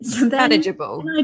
manageable